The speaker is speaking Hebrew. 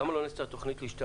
למה לא נעשתה תוכנית להשתמש